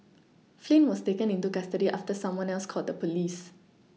Flynn was taken into custody after someone else called the police